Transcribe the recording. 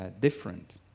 different